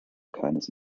keines